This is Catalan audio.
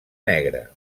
negre